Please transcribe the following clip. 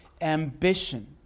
ambition